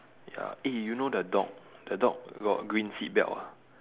ya eh you know the dog the dog got green seatbelt ah